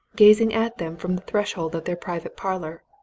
gazing at them from the threshold of their private parlour.